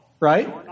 Right